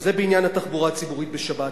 זה בעניין התחבורה הציבורית בשבת.